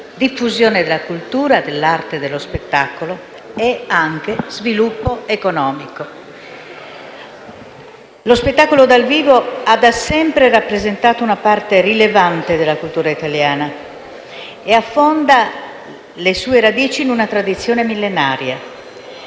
diffusione della cultura, dell'arte dello spettacolo e anche sviluppo economico. Lo spettacolo dal vivo ha da sempre rappresentato una parte rilevante della cultura italiana e affonda le sue radici in una tradizione millenaria.